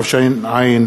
2),